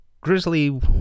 Grizzly